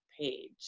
page